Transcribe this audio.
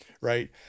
right